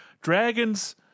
Dragons